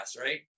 right